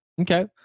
okay